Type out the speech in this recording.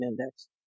index